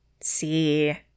see